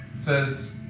says